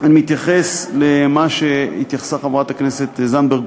אני מתייחס למה שהתייחסה חברת הכנסת זנדברג,